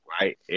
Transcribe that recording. right